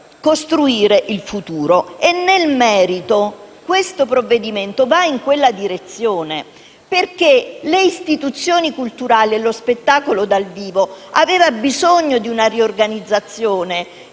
costruire il futuro. E, nel merito, questo provvedimento va in quella direzione. Le istituzioni culturali e lo spettacolo dal vivo avevano bisogno di una riorganizzazione